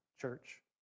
church